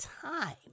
time